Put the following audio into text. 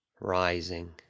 rising